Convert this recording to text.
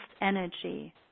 energy